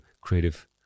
creative